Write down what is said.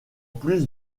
plus